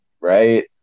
Right